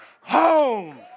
home